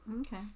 Okay